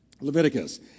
Leviticus